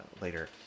later